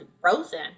frozen